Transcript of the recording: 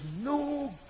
no